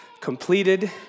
completed